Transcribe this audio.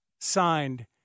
signed